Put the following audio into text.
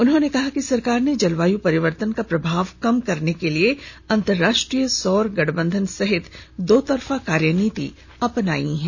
उन्होंने कहा कि सरकार ने जलवायु परिवर्तन का प्रभाव कम करने के लिए अंतरराष्ट्रीय सौर गठबंधन सहित दोतरफा कार्यनीति अपनाई है